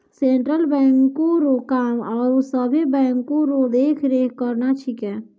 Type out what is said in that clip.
central बैंको रो काम आरो सभे बैंको रो देख रेख करना छिकै